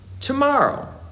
Tomorrow